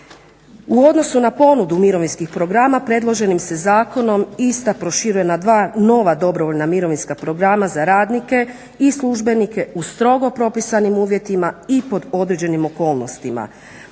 U odnosu na ponudu mirovinskih programa predloženim se zakonom ista proširuje na dva nova dobrovoljna mirovinska programa za radnike i službenike u strogo propisanim uvjetima i pod određenim okolnostima.